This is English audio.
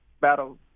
battle